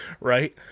Right